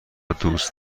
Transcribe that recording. دوست